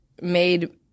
made –